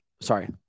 sorry